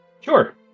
Sure